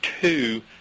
two